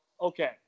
okay